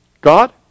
God